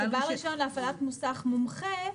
בהפעלת מוסך מומחה,